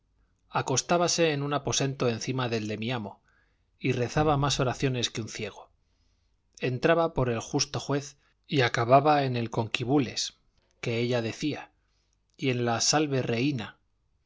acostábase en un aposento encima del de mi amo y rezaba más oraciones que un ciego entraba por el justo juez y acababa en el conquibules que ella decía y en la salve rehína